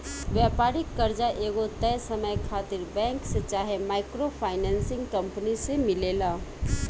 व्यापारिक कर्जा एगो तय समय खातिर बैंक से चाहे माइक्रो फाइनेंसिंग कंपनी से मिलेला